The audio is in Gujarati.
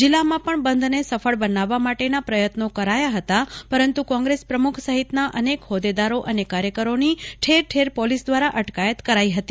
જિલ્લામાં પણ બંધને સફળ બનાવવા માટેના પ્રયત્નો કરાયા હતા પરંતુ કોંગ્રેસ પ્રમુખ સહિતના અનેક હોદેદારો અને કાર્યકરોની ઠેર ઠેર પોલીસ દ્વારા અટકાયાત કરાઈ હતી